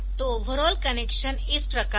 तो overall connection इस प्रकार है